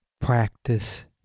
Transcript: Practice